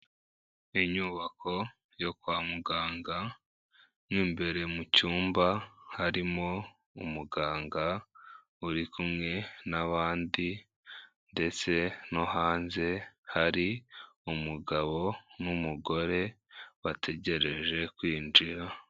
Inyubako yo kwa muganga mo imbere mu cyumba harimo umuganga uri kumwe n'abandi, ndetse no hanze hari umugabo n'umugore bategereje kwinjira.